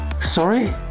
Sorry